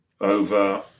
over